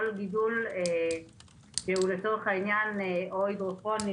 גידול שהוא לצורך העניין או הידרופוני,